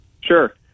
Sure